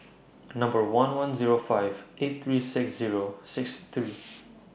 Number one one Zero five eight three six Zero six three